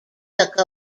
took